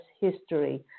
history